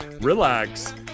relax